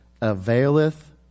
availeth